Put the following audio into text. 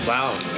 Wow